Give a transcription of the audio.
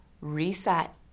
reset